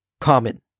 common